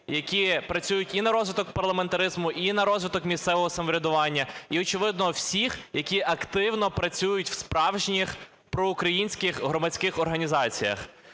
які працюють і на розвиток парламентаризму, і на розвиток місцевого самоврядування, і, очевидно, всіх, які активно працюють в справжніх проукраїнських громадських організаціях.